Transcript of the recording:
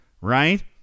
right